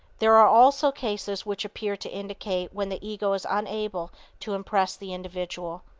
there are also cases which appear to indicate when the ego is unable to impress the individual.